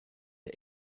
der